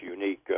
unique